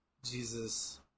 Jesus